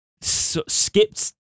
skipped